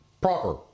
Proper